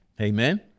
Amen